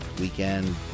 weekend